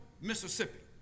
Mississippi